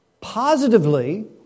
Positively